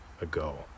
ago